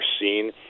seen